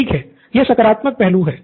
pro बाला ठीक है ये सकारात्मक पहलू है